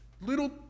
Little